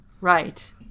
Right